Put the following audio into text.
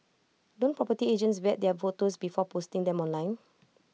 don't property agents vet their photos before posting them online